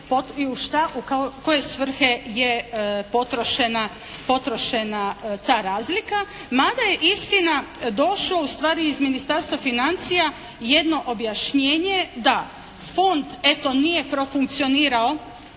u koje svrhe je potrošena ta razlika, mada je istina došla u stvari iz Ministarstva financija jedno objašnjenje da fond eto nije profunkcionirao